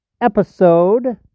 episode